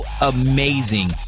amazing